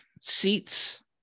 seats